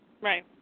Right